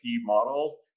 model